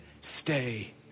stay